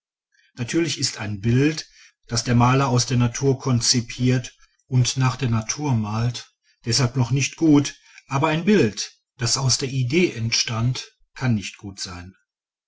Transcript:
natürlich ist ein bild das der maler aus der natur konzipiert und nach der natur malt deshalb noch nicht gut aber ein bild das aus der idee entstanden kann nicht gut sein